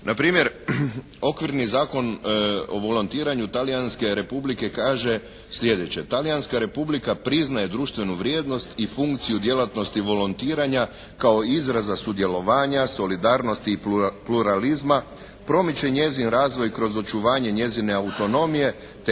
Na primjer okvirni Zakon o volontiranju Talijanske Republike kaže sljedeće: